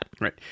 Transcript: Right